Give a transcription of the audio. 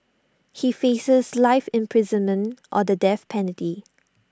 he faces life imprisonment or the death penalty